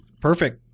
Perfect